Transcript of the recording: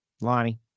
Lonnie